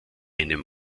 einem